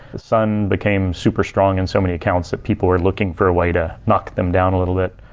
sun became super strong in so many accounts that people were looking for a way to knock them down a little bit.